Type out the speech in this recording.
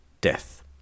death